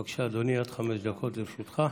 בבקשה, אדוני, עד חמש דקות לרשותך.